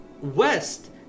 West